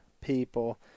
people